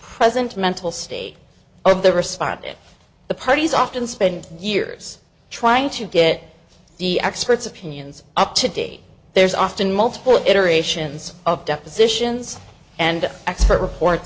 present mental state of the respondent if the parties often spend years trying to get the experts opinions up to date there's often multiple iterations of depositions and expert report